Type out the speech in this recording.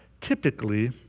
typically